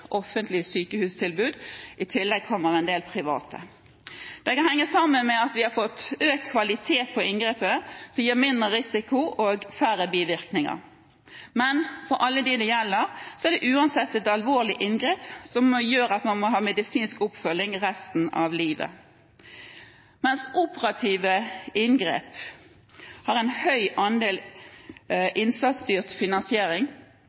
tillegg kommer en del private. Det kan henge sammen med at vi har fått økt kvalitet på inngrepet, som gir mindre risiko og færre bivirkninger. Men for alle dem det gjelder, er det uansett et alvorlig inngrep som gjør at man må ha medisinsk oppfølging resten av livet. Mens operative inngrep har en høy andel innsatsstyrt finansiering,